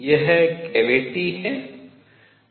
यह कैविटी है